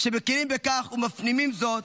כשמכירים בכך ומפנימים זאת,